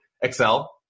Excel